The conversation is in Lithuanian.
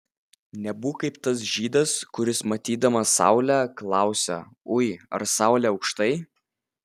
nebūk kaip tas žydas kuris matydamas saulę klausia ui ar saulė aukštai